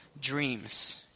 dreams